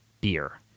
beer